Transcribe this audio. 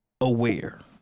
aware